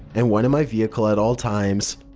and one in my vehicle at all times.